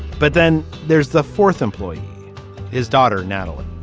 but then there's the fourth employee his daughter natalie